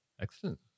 Excellent